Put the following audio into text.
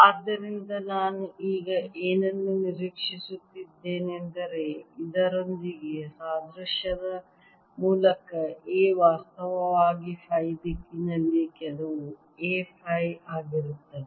ಆದ್ದರಿಂದ ನಾನು ಈಗ ಏನನ್ನು ನಿರೀಕ್ಷಿಸುತ್ತಿದ್ದೇನೆಂದರೆ ಇದರೊಂದಿಗೆ ಸಾದೃಶ್ಯದ ಮೂಲಕ A ವಾಸ್ತವವಾಗಿ ಫೈ ದಿಕ್ಕಿನಲ್ಲಿ ಕೆಲವು A ಫೈ ಆಗಿರುತ್ತದೆ